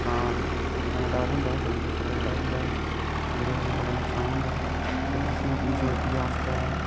तां फट्टने दा डर होंदा सिलेंटर फट्टने दा डर होंदा ते जेह्दे कन्नै बड़ा नुक्सान होंदा ते असेंगी अपनी सेफ्टी आस्तै